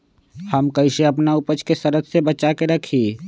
हम कईसे अपना उपज के सरद से बचा के रखी?